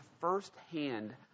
firsthand